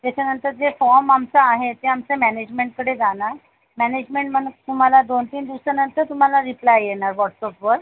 त्याच्यानंतर जे फॉर्म आमचा आहे ते आमच्या मॅनेजमेंटकडे जाणार मॅनेजमेंटमधून तुम्हाला दोन तीन दिवसानंतर तुम्हाला रिप्लाय येणार व्हॉट्सऑपवर